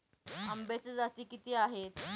आंब्याच्या जाती किती आहेत?